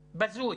בזוי.